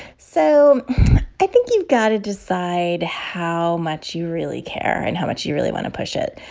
so i think you've got to decide how much you really care and how much you really want to push it.